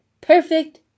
perfect